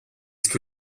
que